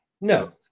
No